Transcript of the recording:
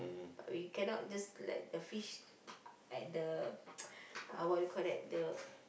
but we cannot just let the fish at the uh what you call that the